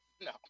No